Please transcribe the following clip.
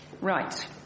right